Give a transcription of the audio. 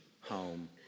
home